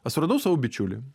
aš suradau savo bičiulį